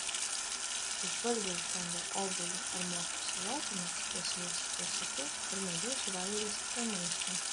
prieš valgį užkandę obuoliu ar morkų salotomis pasijusite soti ir mažiau suvalgysite maisto